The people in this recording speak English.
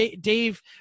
dave